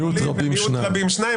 ומיעוט רבים שניים,